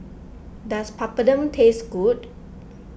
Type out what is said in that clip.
does Papadum taste good